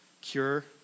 cure